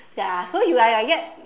ya so you are like that